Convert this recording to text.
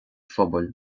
phobail